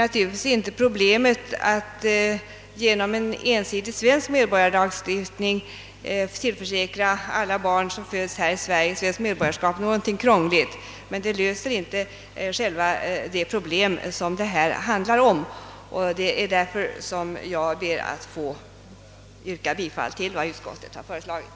Att genom en ensidig svensk medborgarskapslagstiftning tillförsäkra alla barn som föds här i Sverige svenskt medborgarskap, är i och för sig inte krångligt, men det skulle inte lösa det verkliga problemet. Jag ber därför att få yrka bifall till vad utskottet föreslagit.